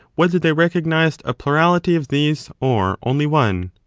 whether they recognised a plurality of these or only one.